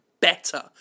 better